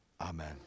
amen